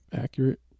accurate